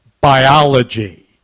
Biology